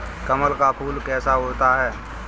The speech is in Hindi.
कमल का फूल कैसा होता है?